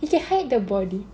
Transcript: you can hide the body